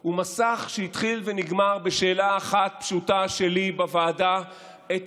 הוא מסך שהתחיל ונגמר בשאלה אחת פשוטה שלי בוועדה את